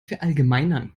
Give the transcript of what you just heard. verallgemeinern